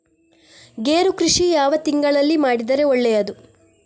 ಗೇರು ಕೃಷಿ ಯಾವ ತಿಂಗಳಲ್ಲಿ ಮಾಡಿದರೆ ಒಳ್ಳೆಯದು?